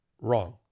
Wrong